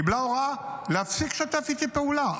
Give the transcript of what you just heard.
היא קיבלה הוראה להפסיק לשתף איתי פעולה.